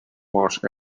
marsh